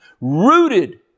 Rooted